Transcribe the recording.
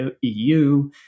EU